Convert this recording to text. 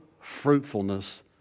fruitfulness